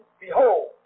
Behold